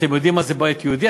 אתם יודעים מה זה בית יהודי?